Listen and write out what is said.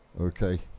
okay